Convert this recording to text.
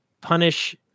punish